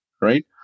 right